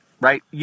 Right